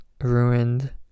Ruined